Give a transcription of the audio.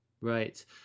Right